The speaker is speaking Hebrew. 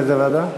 לאיזו ועדה?